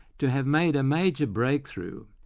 to have made a major breakthrough,